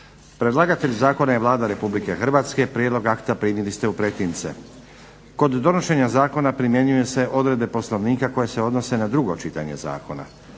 Predlagatelj zakona je Vlada Republike Hrvatske. Prijedlog akta primili ste u pretince. Kod donošenja zakona primjenjuju se odredbe Poslovnika koje se odnose na 2. čitanje zakona.